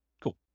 Cool